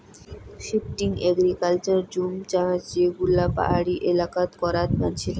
shifting agriculture jhum চাষ যে গুলো পাহাড়ি এলাকাত করাত মানসিরা